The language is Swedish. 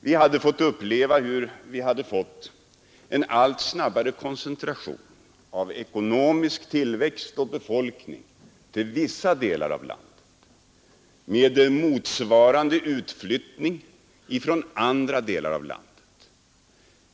Vi hade fått uppleva en allt snabbare koncentration av ekonomisk tillväxt och befolkning till vissa delar av landet med motsvarande utflyttning från andra delar av landet.